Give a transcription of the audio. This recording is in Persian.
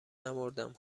نمـردم